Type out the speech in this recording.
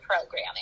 programming